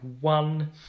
one